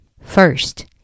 First